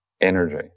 energy